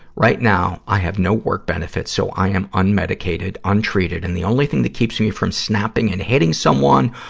right now, i have no work benefits, so i am unmedicated, untreated, and the only thing that keeps me from snapping and hitting someone,